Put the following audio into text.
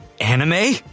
Anime